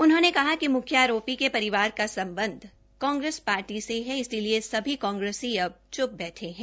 उन्होंने कहा कि म्ख्य आरोपी के परिवार का सम्बध कांग्रेस पार्टी से है इसलिए सभी कांग्रेसी अब च्प बैठे है